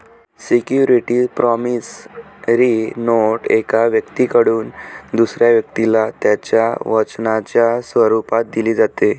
security promissory note एका व्यक्तीकडून दुसऱ्या व्यक्तीला त्याच्या वचनाच्या स्वरूपात दिली जाते